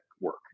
work